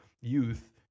youth